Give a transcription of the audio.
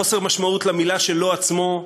חוסר משמעות למילה שלו עצמו,